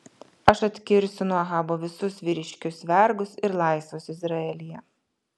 aš atkirsiu nuo ahabo visus vyriškius vergus ir laisvus izraelyje